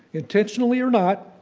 intentionally or not,